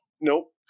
Nope